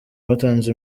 batanze